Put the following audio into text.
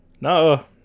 No